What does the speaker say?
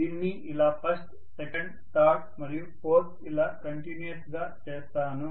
దీనిని ఇలా first second third మరియు ఫోర్త్ ఇలా కంటిన్యూయస్ గా చేస్తాను